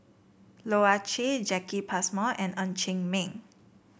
Loh Ah Chee Jacki Passmore and Ng Chee Meng